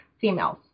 females